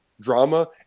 drama